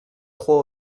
trois